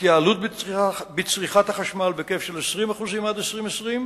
התייעלות בצריכת החשמל בהיקף של 20% עד 2020,